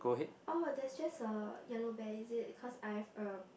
orh that's just a yellow bear is it cause I've a